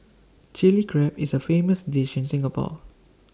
Chilli Crab is A famous dish in Singapore